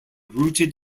rooted